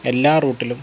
എല്ലാ റൂട്ടിലും